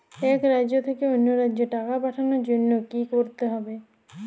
এক রাজ্য থেকে অন্য রাজ্যে টাকা পাঠানোর জন্য কী করতে হবে?